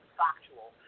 factual